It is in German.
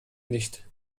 nicht